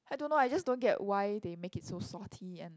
I don't know I just don't get why they make it so salty and